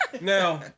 Now